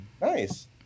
nice